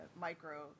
Micro